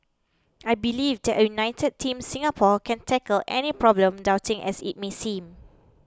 I believe that a united Team Singapore can tackle any problem daunting as it may seem